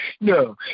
no